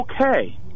Okay